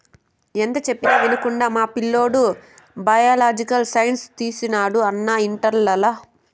ఎంత చెప్పినా వినకుండా మా పిల్లోడు బయలాజికల్ సైన్స్ తీసినాడు అన్నా ఇంటర్లల